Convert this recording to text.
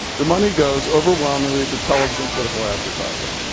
the money goes overwhelmingly to television political advertising.